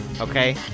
okay